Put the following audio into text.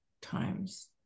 times